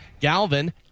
Galvin